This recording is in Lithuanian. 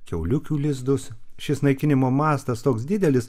kiauliukių lizdus šis naikinimo mastas toks didelis